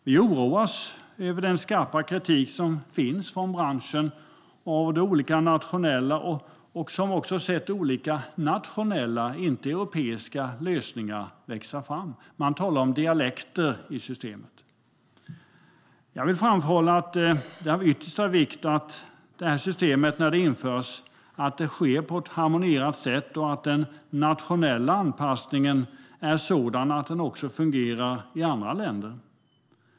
Vi oroas av den skarpa kritik som finns från branschen, och vi har också sett olika nationella - inte europeiska - lösningar växa fram. Man talar om dialekter i systemet. Jag vill framhålla att det är av yttersta vikt att systemet införs på ett harmoniserat sätt och att den nationella anpassningen är sådan att den också fungerar i andra länder.